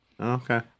Okay